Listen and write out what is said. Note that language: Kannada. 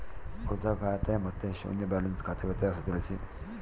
ಉಳಿತಾಯ ಖಾತೆ ಮತ್ತೆ ಶೂನ್ಯ ಬ್ಯಾಲೆನ್ಸ್ ಖಾತೆ ವ್ಯತ್ಯಾಸ ತಿಳಿಸಿ?